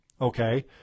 okay